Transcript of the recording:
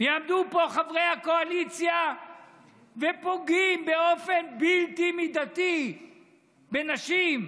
יעמדו פה חברי הקואליציה ויפגעו באופן בלתי מידתי בנשים.